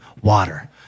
water